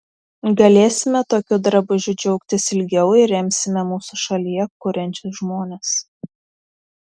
galėsime tokiu drabužiu džiaugtis ilgiau ir remsime mūsų šalyje kuriančius žmones